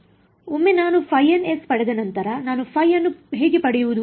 ಒಮ್ಮೆ ನಾನು ϕn s ಪಡೆದ ನಂತರ ನಾನು ϕ ಅನ್ನು ಹೇಗೆ ಪಡೆಯುವುದು